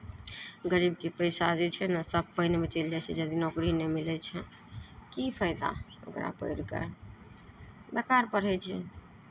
गरीबके पैसा जे छै ने सभ पानिमे चलि जाइ छै यदि नौकरी नहि मिलै छै की फायदा ओकरा पढ़ि कऽ बेकार पढ़ै छै